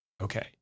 Okay